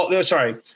sorry